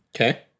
Okay